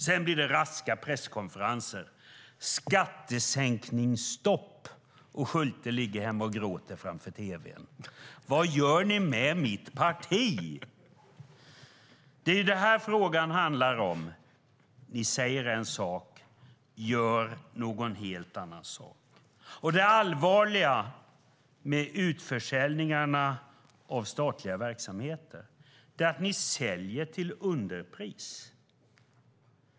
Sedan blir det raskt presskonferenser om skattesänkningsstopp, och Schulte ligger hemma och gråter framför tv:n: Vad gör ni med mitt parti? Det är det här som frågan handlar om. Ni säger en sak och gör en helt annan sak. Det allvarliga med utförsäljningarna av statliga verksamheter är att ni säljer till underpris.